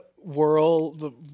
world